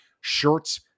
shirts